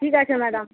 ঠিক আছে ম্যাডাম